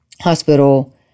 Hospital